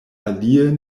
alie